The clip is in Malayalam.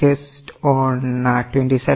So are you getting